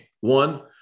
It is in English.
One